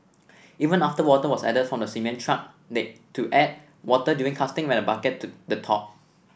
even after water was added from the cement truck they to add water during casting when the bucket the top